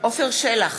עפר שלח,